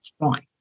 right